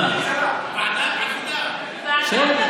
ועדת העבודה.